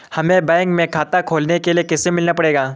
हमे बैंक में खाता खोलने के लिए किससे मिलना पड़ेगा?